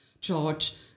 George